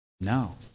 No